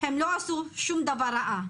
הם לא עשו שום דבר רע,